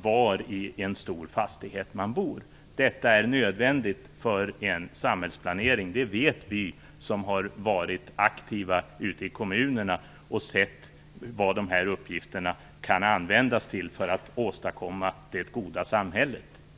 var i en stor fastighet man bor. Detta är nödvändigt för samhällsplaneringen; det vet vi som har varit aktiva ute i kommunerna och som har sett vad de här uppgifterna kan användas till för att åstadkomma det goda samhället.